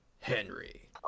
Henry